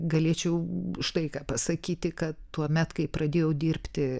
galėčiau štai ką pasakyti kad tuomet kai pradėjau dirbti